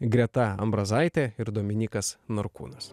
greta ambrazaitė ir dominykas norkūnas